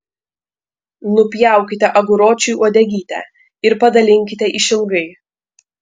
nupjaukite aguročiui uodegytę ir padalinkite išilgai